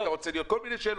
כל מיני שאלות.